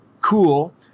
cool